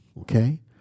okay